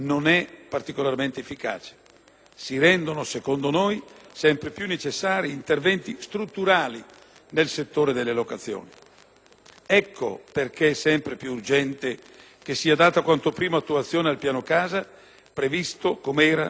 secondo noi, si rendono sempre più necessari interventi strutturali nel settore delle locazioni. Ecco perché è sempre più urgente che sia data quanto prima attuazione al Piano casa (che era prevista entro il 5 ottobre 2008),